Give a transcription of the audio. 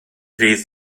rhydd